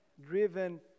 driven